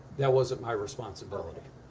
that was my responsibility